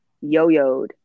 yo-yoed